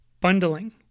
Bundling